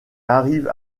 arrive